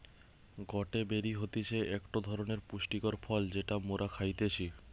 গটে বেরি হতিছে একটো ধরণের পুষ্টিকর ফল যেটা মোরা খাইতেছি